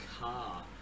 car